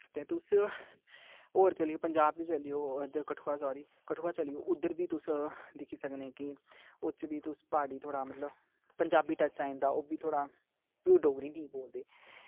ते तुस होर चली जाओ पंजाब च चली जाओ उद्धर कठुआ सोरी कठुआ चली जाओ उद्धर बी तुस दिक्खी सकने कि ओह्दे च बी तुस प्हाड़ी थोह्ड़ा मतलब पंजाबी टच आई जंदा ओह् बी थोह्ड़ा प्योर डोगरी नेईं बोलदे